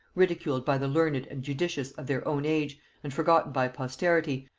ridiculed by the learned and judicious of their own age and forgotten by posterity,